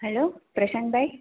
hello Prashant ભાઈ